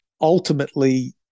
ultimately